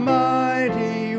mighty